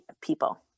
people